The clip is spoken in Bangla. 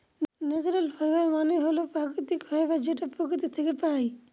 ন্যাচারাল ফাইবার মানে হল প্রাকৃতিক ফাইবার যেটা প্রকৃতি থাকে পাই